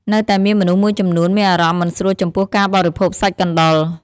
នៅតែមានមនុស្សមួយចំនួន មានអារម្មណ៍មិនស្រួលចំពោះការបរិភោគសាច់កណ្តុរ។